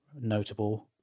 notable